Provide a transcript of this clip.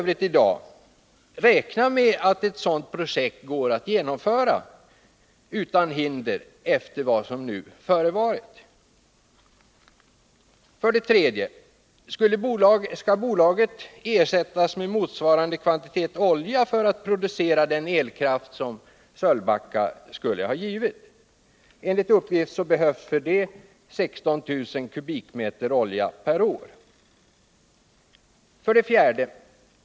Kan man f. ö. i dag räkna med att ett sådant projekt går att genomföra utan hinder efter vad som nu förevarit? 3. Skulle bolaget ersättas med motsvarande kvantitet olja för att producera den elkraft som Sölvbacka skulle ha givit? Enligt uppgift behövs för detta ändamål 16 000 m? olja per år. 4.